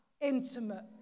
intimate